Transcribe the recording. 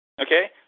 Okay